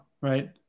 right